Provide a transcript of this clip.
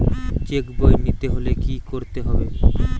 Check বই নিতে হলে কি করতে হবে?